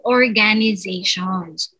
organizations